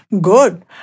Good